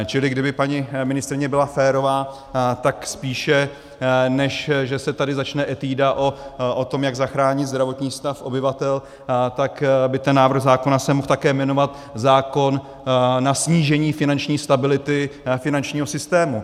Čili kdyby paní ministryně byla férová, tak spíše než že se tady začne etuda o tom, jak zachránit zdravotní stav obyvatel, tak by se návrh zákona také mohl jmenovat zákon na snížení finanční stability finančního systému.